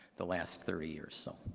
the last three or so.